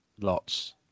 Lots